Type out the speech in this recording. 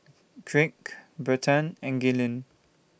Craig Bryton and Gaylene